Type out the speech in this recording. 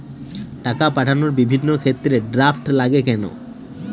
টাকা পাঠানোর বিভিন্ন ক্ষেত্রে ড্রাফট লাগে কেন?